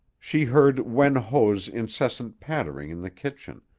she heard wen ho's incessant pattering in the kitchen,